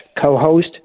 co-host